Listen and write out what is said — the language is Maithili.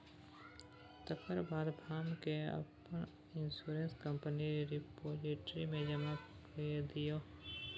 तकर बाद फार्म केँ अपन इंश्योरेंस कंपनीक रिपोजिटरी मे जमा कए दियौ